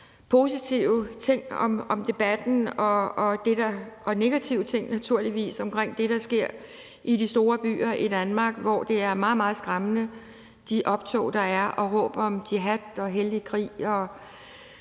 positive ting om debatten og naturligvis også nogle negative ting omkring det, der sker i de store byer i Danmark, hvor det er meget, meget skræmmende med de optog, der er, med råb om jihad, hellig krig